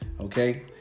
Okay